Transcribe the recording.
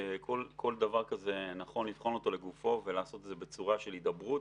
שכל דבר כזה נכון לבחון אותו לגופו ולעשות את זה בצורה של הידברות.